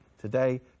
Today